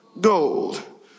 Gold